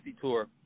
tour